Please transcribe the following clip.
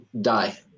die